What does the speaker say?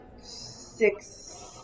Six